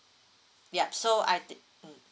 yup so I thi~